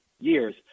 years